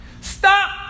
Stop